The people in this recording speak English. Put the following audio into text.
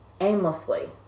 aimlessly